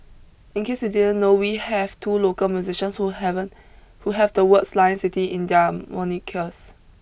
in case you didn't know we have two local musicians who haven't who have the words Lion City in their monikers